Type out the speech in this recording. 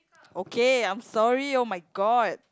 okay I'm sorry oh-my-god